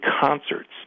concerts